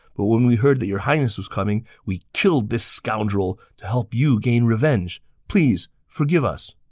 but when we heard that your highness was coming, we killed this scoundrel to help you gain revenge. please, forgive us!